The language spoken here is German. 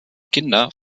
kinder